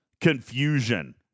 confusion